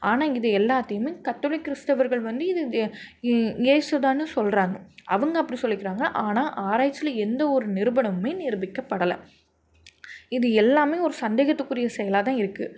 ஆனால் இது எல்லாத்தையுமே கத்தோலி கிறிஸ்துவர்கள் வந்து இது ஏசுதானு சொல்கிறாங்க அவங்க அப்படி சொல்லிக்கிறாங்கள் ஆனால் ஆராய்ச்சியில எந்த ஒரு நிரூபனமுமே நிரூபிக்கப்படலை இது எல்லாமே ஒரு சந்தேகத்துக்குரிய செயலாக தான் இருக்குது